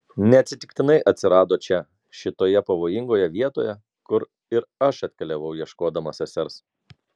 neatsitiktinai atsirado čia šitoje pavojingoje vietoje kur ir aš atkeliavau ieškodama sesers